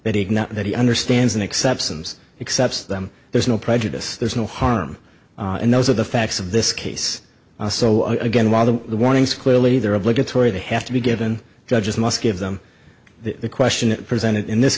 cannot that he understands and exceptions accepts them there's no prejudice there's no harm and those are the facts of this case so again while the the warnings clearly there are obligatory they have to be given judges must give them that the question is presented in this